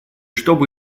чтоб